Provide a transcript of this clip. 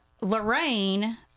Lorraine